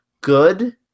good